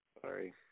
Sorry